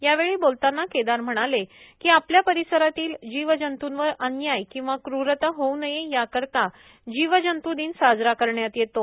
यावेळी बोलताना केदार म्हणाले आपल्या परिसरातील जीव जंतूवर अन्याय किंवा क्र्रता होवू नये याकरिता जीव जंतू दिन साजरा करण्यात येतो